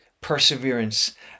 perseverance